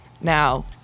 Now